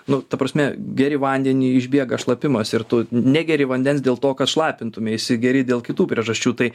nu ta prasme geri vandenį išbėga šlapimas ir tu negeri vandens dėl to kad šlapintumeisi geri dėl kitų priežasčių tai